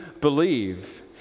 believe